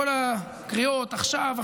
כל הקריאות: עכשיו,